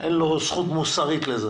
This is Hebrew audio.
אין לו זכות מוסרית לזה.